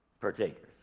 partakers